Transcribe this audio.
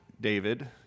David